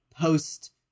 post